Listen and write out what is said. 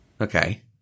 okay